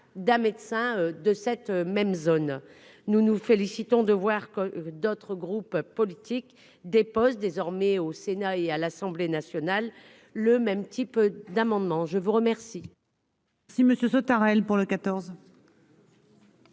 d'un médecin de cette même zone. Nous nous félicitons de constater que d'autres groupes politiques déposent désormais au Sénat et à l'Assemblée nationale le même type d'amendement. L'amendement